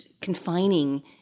confining